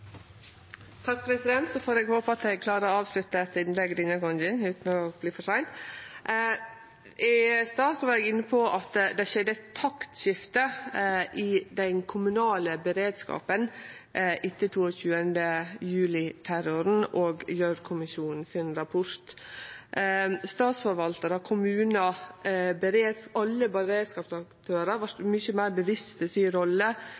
Eg får håpe at eg klarar å avslutte eit innlegg denne gongen utan å vere for sein. I stad var eg inne på at det skjedde eit taktskifte i den kommunale beredskapen etter 22. juli-terroren og Gjørv-kommisjonen sin rapport. Statsforvaltarar, kommunar, alle beredskapsaktørar vart mykje meir medvitne si rolle